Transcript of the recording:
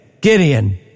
Gideon